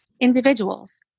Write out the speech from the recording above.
individuals